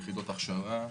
יחידות הכשרה.